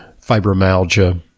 fibromyalgia